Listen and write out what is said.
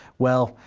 well,